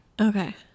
Okay